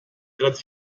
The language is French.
gratte